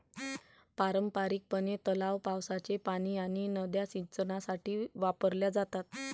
पारंपारिकपणे, तलाव, पावसाचे पाणी आणि नद्या सिंचनासाठी वापरल्या जातात